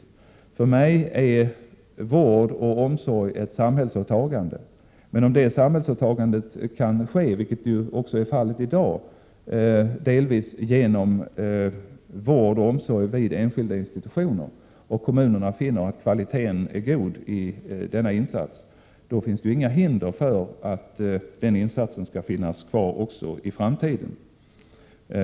För mig är vård och omsorg ett samhällsåtagande, men om detta samhällsåtagande — vilket är fallet i dag — delvis kan fullgöras genom vård och omsorg vid enskilda institutioner och kommunerna finner att kvaliteten är god i denna insats, finns det ju inga hinder för att den insatsen skall finnas kvar också i framtiden.